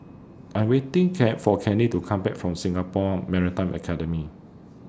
I'm waiting fear For Kenney to Come Back from Singapore Maritime Academy